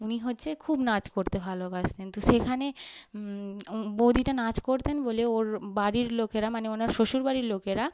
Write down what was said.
উনি হচ্ছে খুব নাচ করতে ভালোবাসেন তো সেখানে ও বউদিটা নাচ করতেন বলে ওর বাড়ির লোকেরা মানে ওনার শ্বশুর বাড়ির লোকেরা